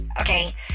okay